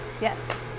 Yes